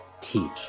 teach